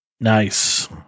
Nice